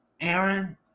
Aaron